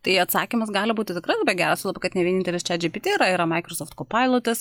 tai atsakymas gali būti tikrai labai geras juo labiau kad ne vienintelis čiat džipiti yra maikrosoft kopailotas